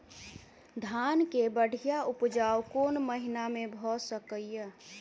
धान केँ बढ़िया उपजाउ कोण महीना मे भऽ सकैय?